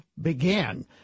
began